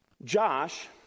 Josh